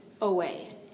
away